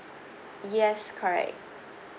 yes correct